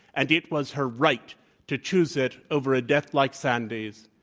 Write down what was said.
and it was her right to choose it over a death like sandy's,